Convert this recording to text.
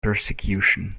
persecution